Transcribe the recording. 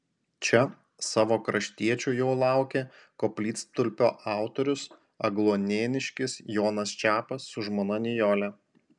čia savo kraštiečių jau laukė koplytstulpio autorius agluonėniškis jonas čepas su žmona nijole